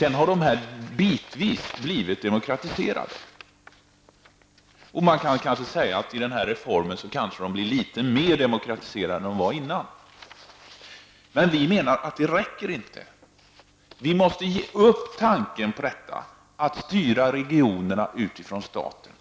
Men sedan har det bitvis blivit en demokratisering. I och med den här reformen blir organen kanske litet mera demokratiserade än de tidigare varit. Vi menar dock att det inte räcker. Vi måste ge upp tanken på detta med att styra regionerna utifrån staten,